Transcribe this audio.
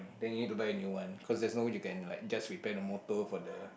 then you need to buy a new one because there's no way you can like just repair the motor for the